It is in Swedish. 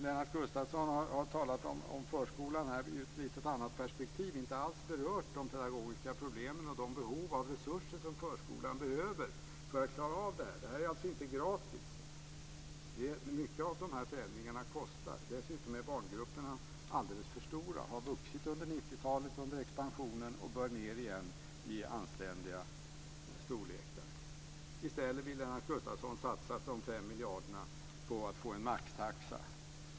Lennart Gustavsson har talat om förskolan ur ett lite annorlunda perspektiv och inte alls berört de pedagogiska problemen och de behov av resurser som förskolan har för att klara av detta. Detta är alltså inte gratis. Många av dessa förändringar kostar. Dessutom är barngrupperna alldeles för stora och har vuxit under expansionen på 90-talet och bör ned igen i anständiga storlekar. I stället vill Lennart Gustavsson satsa de 5 miljarderna på att få en maxtaxa.